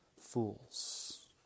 fools